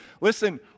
listen